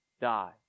die